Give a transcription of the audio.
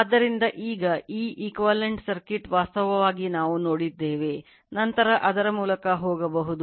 ಆದ್ದರಿಂದ ಈಗ ಈ equivalent circuit ವಾಗಿದೆ